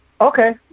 Okay